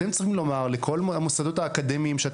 אתם צריכים לומר לכל המוסדות האקדמיים שאתם